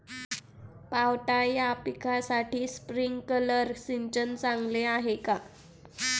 पावटा या पिकासाठी स्प्रिंकलर सिंचन चांगले आहे का?